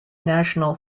national